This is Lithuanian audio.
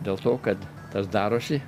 dėl to kad tas darosi